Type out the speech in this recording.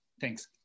thanks